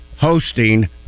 hosting